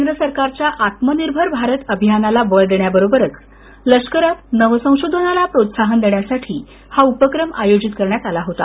केंद्र सरकारच्या आत्मनिर्भर भारत अभियानाला बळ देण्याबरोबरच लष्करात नवसंशोधनाला प्रोत्साहन देण्यासाठी हा उपक्रम आयोजित करण्यात आला होता